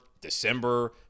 December